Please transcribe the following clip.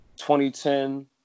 2010